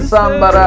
Samba